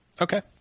Okay